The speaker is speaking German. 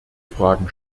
fragen